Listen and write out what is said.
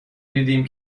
دیدیم